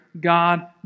God